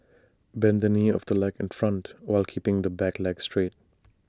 bend the knee of the leg in front while keeping the back leg straight